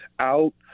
out